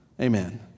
Amen